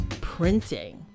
printing